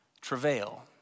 travail